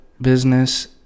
business